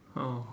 oh